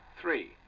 Three